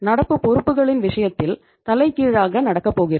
நடப்பு பொறுப்புகளின் விஷயத்தில் தலைகீழாக நடக்கப்போகிறது